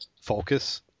focus